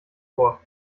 vor